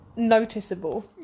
noticeable